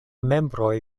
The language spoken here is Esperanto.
membroj